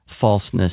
falseness